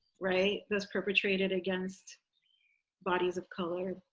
right? that's perpetrated against bodies of color,